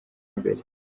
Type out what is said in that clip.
mbere